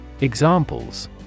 Examples